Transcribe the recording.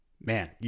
man